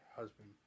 husband